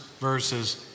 verses